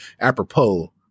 apropos